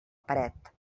paret